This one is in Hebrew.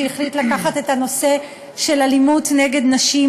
שהחליט לקחת את הנושא של אלימות נגד נשים